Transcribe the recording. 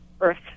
Earth